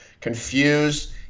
confused